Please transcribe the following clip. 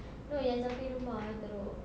no yang something rumah itu teruk